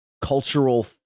cultural